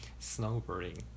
snowboarding